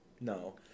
No